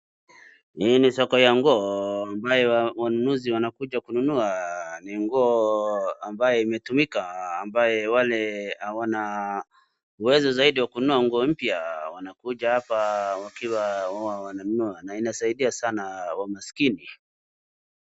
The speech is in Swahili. Hii ni soko ya nguo ambayo wanunuzi wanakuja kununua, ni nguo ambaye imetumuka ambaye wale hawana uwezo zaidi wa kununua nguo mpya wanakuja hapa wakiwananunua. Na inasaidia sana wa maskini.